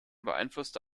beeinflusste